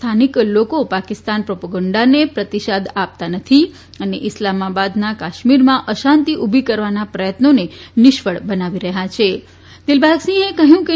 સ્થાનિક લોકો પાકિસ્તાન પ્રોપેગેન્ડાને પ્રતિસાદ આપતા નથી અને ઈસ્લામાબાદના કાશ્મીરમાં અશાંતિ ઉભી કરવાના પ્રયત્નોને નિષ્ફળ બનાવી રહ્યા છેદિલબાગસિંહે કહ્યું કે